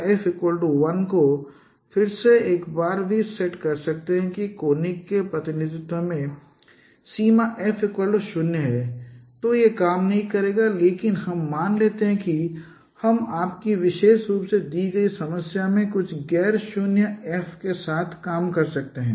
तो f 1 को फिर से एक बार फिर भी सेट करें कि कोनिक के प्रतिनिधित्व में सीमा f 0 है तो यह काम नहीं करेगा लेकिन हम मान लेते हैं कि हम आपकी विशेष रूप से दी गई समस्या में कुछ गैर शून्य f के साथ काम कर सकते हैं